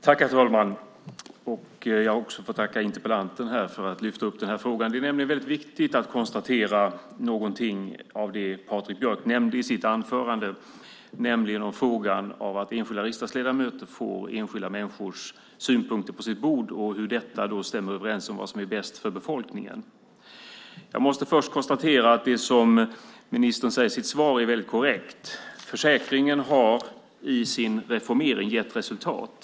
Herr talman! Jag får också tacka interpellanten för att han lyfte upp den här frågan. Det är nämligen väldigt viktigt att konstatera någonting när det gäller det som Patrik Björck nämnde i sitt anförande. Det handlar om frågan om att enskilda riksdagsledamöter får enskilda människors synpunkter på sitt bord och hur detta stämmer överens med vad som är bäst för befolkningen. Jag måste först konstatera att det som ministern säger i sitt svar är korrekt. Försäkringen har i sin reformering gett resultat.